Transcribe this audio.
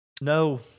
No